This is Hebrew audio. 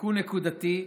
בתיקון נקודתי,